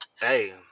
hey